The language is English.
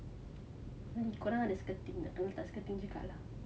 korang ada skirting tak kita letak skirting juga lah